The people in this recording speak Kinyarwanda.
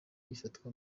bifatwa